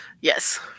Yes